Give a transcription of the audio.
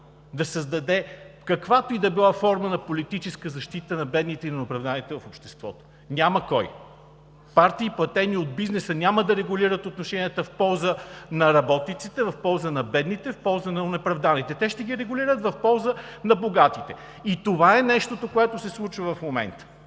да създаде каквато и да била форма на политическа защита на бедните и онеправданите в обществото – няма кой. Партии, платени от бизнеса, няма да регулират отношенията в полза на работниците, в полза на бедните, в полза на онеправданите – те ще ги регулират в полза на богатите. Това е нещото, което се случва в момента.